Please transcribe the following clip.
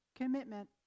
commitment